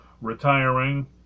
retiring